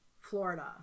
Florida